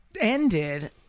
ended